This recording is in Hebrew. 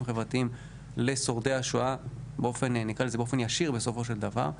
חברתיים לשורדי השואה באופן ישיר בסופו של דבר.